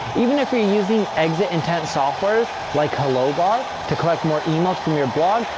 even if you're using exit intent softwares, like hello bar, to collect more emails from your blog,